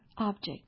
object